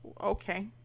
Okay